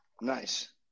nice